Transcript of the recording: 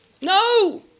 No